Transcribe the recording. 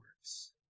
works